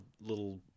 little